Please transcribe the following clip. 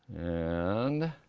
and